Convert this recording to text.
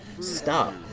Stop